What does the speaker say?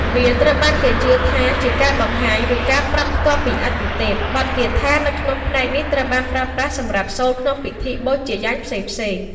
វាត្រូវបានគេជឿថាជាការបង្ហាញ ឬការប្រាប់ផ្ទាល់ពីអាទិទេព។ បទគាថានៅក្នុងផ្នែកនេះត្រូវបានប្រើប្រាស់សម្រាប់សូត្រក្នុង ពិធីបូជាយញ្ញ ផ្សេងៗ។